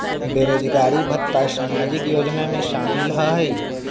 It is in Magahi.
बेरोजगारी भत्ता सामाजिक योजना में शामिल ह ई?